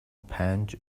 پنج